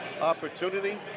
opportunity